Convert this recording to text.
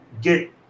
get